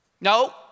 No